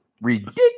Ridiculous